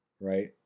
right